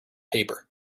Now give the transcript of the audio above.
paper